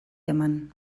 eman